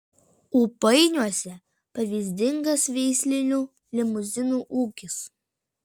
ūpainiuose pavyzdingas veislinių limuzinų ūkis